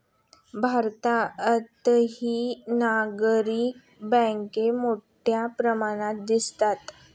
भारतातही नागरी बँका मोठ्या प्रमाणात दिसतात